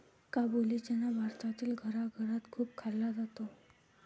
काबुली चना भारतातील घराघरात खूप खाल्ला जातो